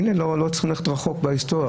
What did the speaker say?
לא צריכים ללכת רחוק בהיסטוריה,